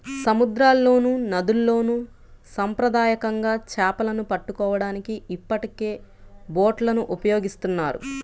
సముద్రాల్లోనూ, నదుల్లోను సాంప్రదాయకంగా చేపలను పట్టుకోవడానికి ఇప్పటికే బోట్లను ఉపయోగిస్తున్నారు